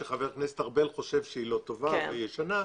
שחבר הכנסת חושב שאינה טובה --- את זה,